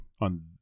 on